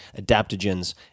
adaptogens